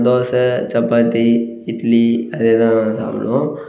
தோசை சப்பாத்தி இட்லி அதே தான் சாப்பிடுவோம்